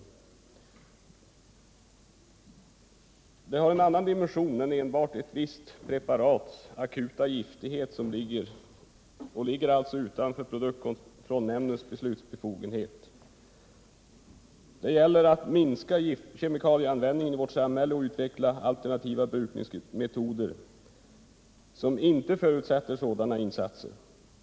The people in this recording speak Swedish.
Frågan har också en annan dimension än ett visst preparats akuta giftighet och ligger alltså utanför produktkontrollnämndens beslutsbefogenhet. Det gäller att minska kemikalieanvändningen i vårt samhälle och utveckla alternativa brukningsmetoder, som inte förutsätter sådana tillsatser.